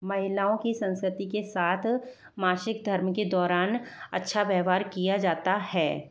महिलाओं की संस्कृति के साथ मासिक धर्म के दौरान अच्छा व्यवहार किया जाता है